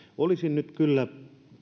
olisin nyt kyllä